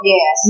Yes